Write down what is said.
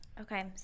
Okay